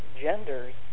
genders